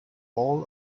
all